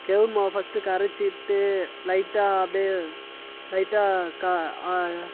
கெவுரு மாவை ஃபர்ஸ்டு கரைச்சிட்டு லைட்டாக அப்படியே லைட்டாக கா